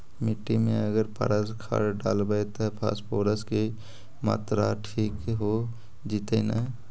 मिट्टी में अगर पारस खाद डालबै त फास्फोरस के माऋआ ठिक हो जितै न?